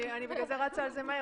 לכן אני רצה מהר.